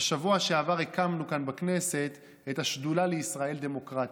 בשבוע שעבר הקמנו כאן בכנסת את השדולה לישראל דמוקרטית,